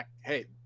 Hey